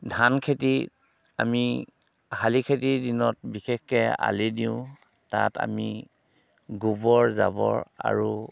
ধান খেতি আমি শালি খেতিৰ দিনত বিশেষকে আলি দিওঁ তাত আমি গোবৰ জাবৰ আৰু